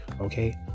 okay